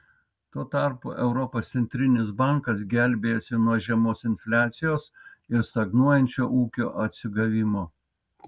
tu tarpu europos centrinis bankas gelbėjasi nuo žemos infliacijos ir stagnuojančio ūkio atsigavimo